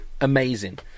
amazing